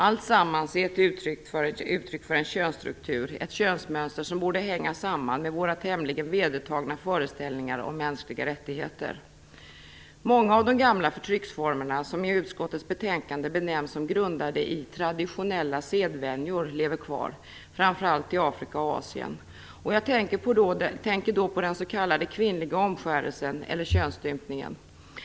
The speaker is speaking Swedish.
Alltsammans är ett uttryck för en könsstruktur, ett könsmönster som borde relateras till våra tämligen vedertagna föreställningar om mänskliga rättigheter. Många av de gamla förtrycksformerna, som i utskottets betänkande benämns som grundade i "traditionella sedvänjor", lever kvar - framför allt i Afrika och i Asien. Jag tänker då på den s.k. kvinnliga omskärelsen eller könsstympningen.